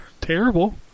terrible